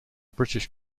british